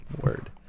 Word